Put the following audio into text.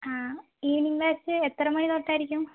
ആ evening batch എത്രമണി തൊട്ടായിരിക്കും